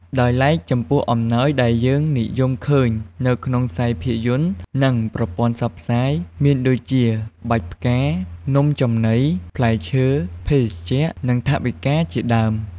ដោយឡែកចំពោះអំណោយដែលយើងនិយមឃើញនៅក្នុងខ្សែភាពយន្ត និង ប្រព័ន្ធផ្សព្វផ្សាយ មានដូចជា បាច់ផ្កា នំចំនី ផ្លែឈើ ភេសជ្ជៈ និង ថវិកាជាដើម។